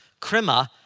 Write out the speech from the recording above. krima